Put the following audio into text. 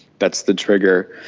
that's the trigger,